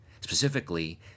specifically